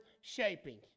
shaping